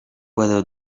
whether